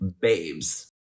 babes